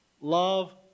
Love